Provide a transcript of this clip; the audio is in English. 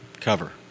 cover